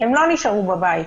הם לא נשארו בבית.